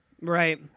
Right